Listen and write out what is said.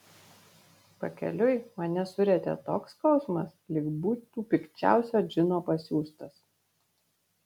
pakeliui mane surietė toks skausmas lyg būtų pikčiausio džino pasiųstas